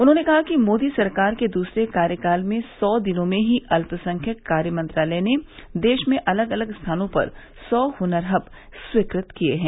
उन्होंने कहा कि मोदी सरकार के दूसरे कार्यकाल में र्स दिनों में ही अल्पसंख्यक कार्य मंत्रालय ने देश में अलग अलग स्थानों पर सौ हनर हब स्वीकृत किये हैं